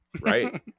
Right